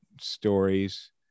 stories